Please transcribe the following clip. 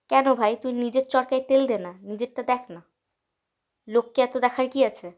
কেন ভাই তুই নিজের চরকায় তেল দে না নিজেরটা দেখ না লোককে এত দেখার কি আছে